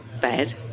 bed